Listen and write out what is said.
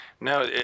No